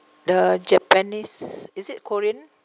the japanese is it korean